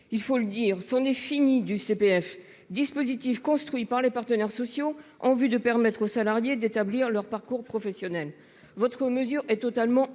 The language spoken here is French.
il faut le dire, s'en est fini du CPF dispositif construit par les partenaires sociaux en vue de permettre aux salariés d'établir leur parcours professionnel. Votre mesure est totalement